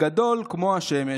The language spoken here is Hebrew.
גדול כמו השמש.